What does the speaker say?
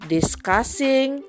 Discussing